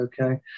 okay